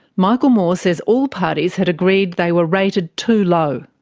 michael moore says all parties had agreed they were rated too low.